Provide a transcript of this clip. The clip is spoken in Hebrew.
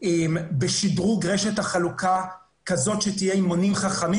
בשדרוג רשת החלוקה שתהיה עם מונים חכמים